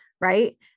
right